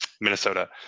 Minnesota